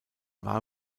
war